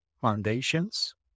foundations